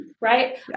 Right